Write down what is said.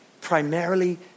Primarily